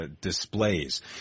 displays